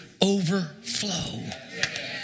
overflow